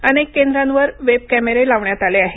अनेक केंद्रांवर वेब कॅमेरे लावण्यात आले आहेत